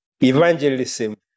evangelism